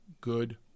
good